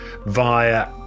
via